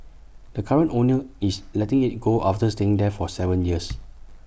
the current owner is letting IT go after staying there for Seven years